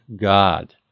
God